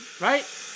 Right